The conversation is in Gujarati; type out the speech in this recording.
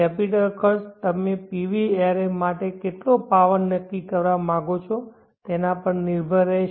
કેપિટલ ખર્ચ તમે PV એરે માટે કેટલો પાવર નક્કી કરવા માંગો છો તેના પર નિર્ભર રહેશે